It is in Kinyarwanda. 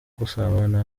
gusabana